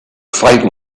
fight